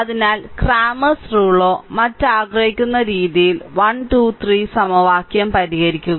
അതിനാൽ ക്ലാമർസ് റൂളോ മറ്റോ ആഗ്രഹിക്കുന്ന രീതിയിൽ 1 2 3 സമവാക്യം പരിഹരിക്കുക